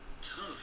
tough